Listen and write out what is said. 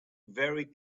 very